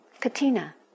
katina